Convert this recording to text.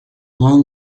long